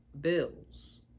bills